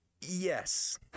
Yes